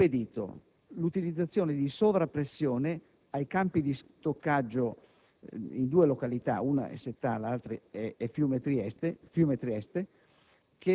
impedito l'utilizzazione di sovrappressione ai campi di stoccaggio in due località (una è a Settala, l'altra è a Fiume Treste) che invece